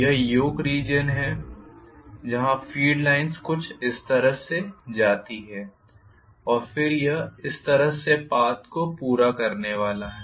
यह yoke region है जहाँ फ़ील्ड लाइन्स कुछ इस तरह से जाती हैं और फिर यह इस तरह से पाथ को पूरा करने वाला है